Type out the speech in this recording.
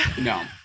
No